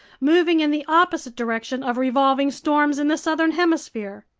moving in the opposite direction of revolving storms in the southern hemisphere.